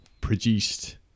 produced